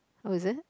oh is it